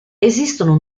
esistono